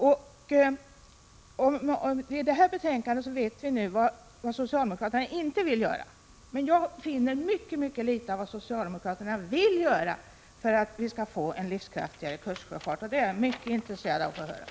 Av detta betänkande framgår vad socialdemokraterna inte vill göra, men jag finner mycket litet av vad socialdemokraterna vill göra för att vi skall få en livskraftigare kustsjöfart, och detta är jag mycket intresserad av att få höra.